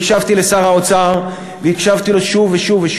הקשבתי לשר האוצר והקשבתי לו שוב ושוב.